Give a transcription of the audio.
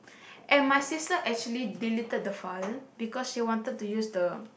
and my sister actually deleted the file because she wanted to use the